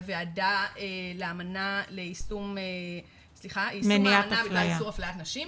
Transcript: הוועדה ליישום האמנה בדבר איסור אפליית נשים,